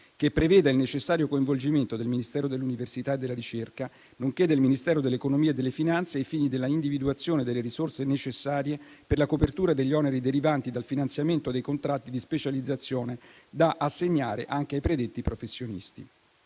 che preveda il necessario coinvolgimento del Ministero dell'università e della ricerca, nonché del Ministero dell'economia e delle finanze ai fini della individuazione delle risorse necessarie per la copertura degli oneri derivanti dal finanziamento dei contratti di specializzazione da assegnare anche ai predetti professionisti.